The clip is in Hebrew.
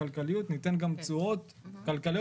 ואז לגבי הכלכליות ניתן גם תשואות כלכליות